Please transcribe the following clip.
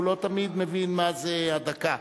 הוא לא תמיד מבין מה זו דקה.